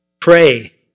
Pray